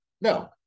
No